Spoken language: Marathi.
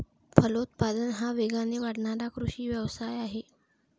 फलोत्पादन हा वेगाने वाढणारा कृषी व्यवसाय आहे